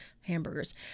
hamburgers